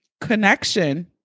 connection